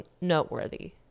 noteworthy